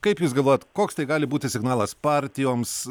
kaip jūs galvojat koks tai gali būti signalas partijoms